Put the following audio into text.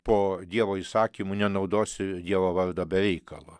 po dievo įsakymų nenaudosiu dievo vardo be reikalo